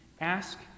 Ask